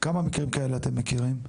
כמה מקרים כאלה אתם מכירים?